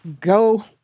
go